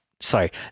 Sorry